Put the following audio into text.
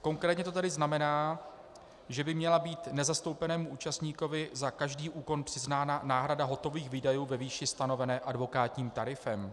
Konkrétně to tedy znamená, že by měla být nezastoupenému účastníkovi za každý úkon přiznána náhrada hotových výdajů ve výši stanovené advokátním tarifem.